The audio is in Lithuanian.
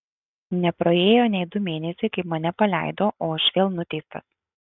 nepraėjo nei du mėnesiai kai mane paleido o aš vėl nuteistas